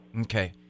Okay